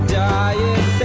diet